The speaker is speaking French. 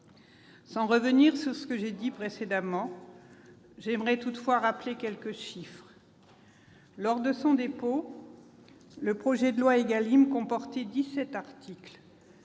Sans revenir sur ce que j'ai dit précédemment, j'aimerais rappeler quelques chiffres. Lors de son dépôt, le projet de loi ÉGALIM comportait dix-sept articles,